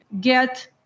get